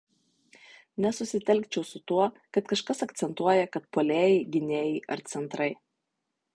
nesusitelkčiau su tuo kad kažkas akcentuoja kad puolėjai gynėjai ar centrai